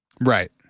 Right